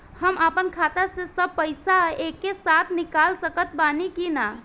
हम आपन खाता से सब पैसा एके साथे निकाल सकत बानी की ना?